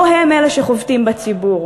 לא הם אלה שחובטים בציבור.